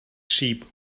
sheep